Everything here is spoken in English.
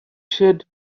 said